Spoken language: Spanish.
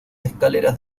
escaleras